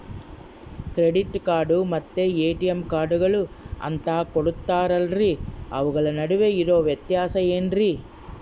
Credit card ಮತ್ತ ATM ಕಾರ್ಡುಗಳು ಅಂತಾ ಕೊಡುತ್ತಾರಲ್ರಿ ಅವುಗಳ ನಡುವೆ ಇರೋ ವ್ಯತ್ಯಾಸ ಏನ್ರಿ?